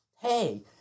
Hey